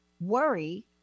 worry